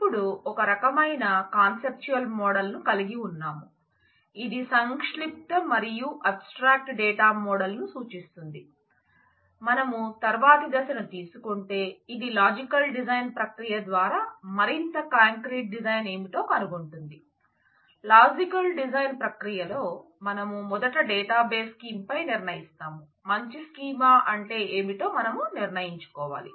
ఇప్పుడు ఒక రకమైన కాన్సెప్ట్యుయల్ మోడల్ను పై నిర్ణయిస్తాము మంచి స్కీమా అంటే ఏమిటో మనం నిర్ణయించుకోవాలి